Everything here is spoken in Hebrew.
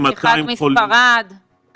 אחד מספרד,